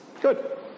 Good